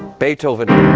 beethoven,